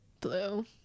Blue